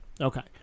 Okay